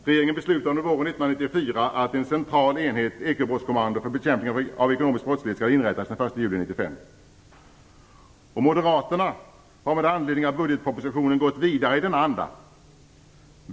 Regeringen beslutade under våren 1994 att en central enhet, ett ekobrottskommando, för bekämpning av ekonomisk brottslighet skall inrättas den 1 juli 1995. Moderaterna har med anledning av budgetpropositionen gått vidare i denna anda.